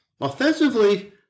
offensively